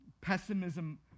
pessimism